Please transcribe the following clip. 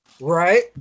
right